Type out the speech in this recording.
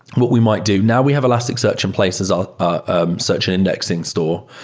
but we might do. now we have elasticsearch in place as our ah search and indexing store.